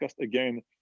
again